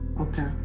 Okay